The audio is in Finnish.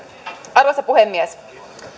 arvoisa puhemies